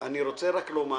דרור, אני רוצה רק לומר